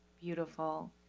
beautiful